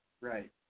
Right